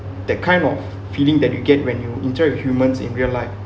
that kind of feeling that you get when you interact with humans in real life